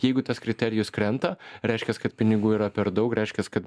jeigu tas kriterijus krenta reiškias kad pinigų yra per daug reiškias kad